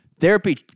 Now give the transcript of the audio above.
Therapy